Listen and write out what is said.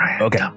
Okay